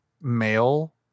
male